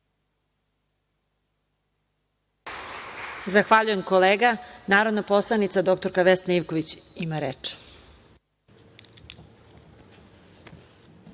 Zahvaljujem, kolega. Narodna poslanica dr Vesna Ivković ima reč.